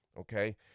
okay